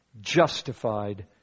justified